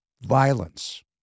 violence